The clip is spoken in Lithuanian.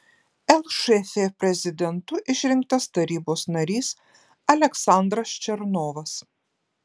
lšf prezidentu išrinktas tarybos narys aleksandras černovas